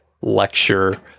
lecture